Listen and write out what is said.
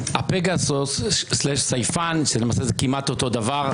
הפגסוס או הסייפן, למעשה זה כמעט אותו דבר.